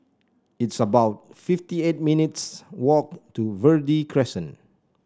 it's about fifty eight minutes' walk to Verde Crescent